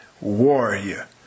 warrior